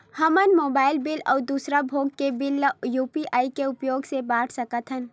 हमन mobile bill अउ दूसर भोग के बिल ला यू.पी.आई के उपयोग से पटा सकथन